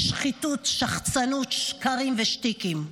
שחיתות, שחצנות, שקרים ושטיקים.